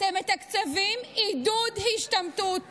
אתם מתקצבים עידוד השתמטות